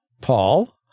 Paul